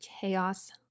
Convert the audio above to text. chaos